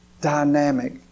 Dynamic